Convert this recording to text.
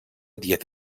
diez